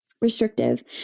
restrictive